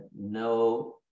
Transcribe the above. no